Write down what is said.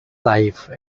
life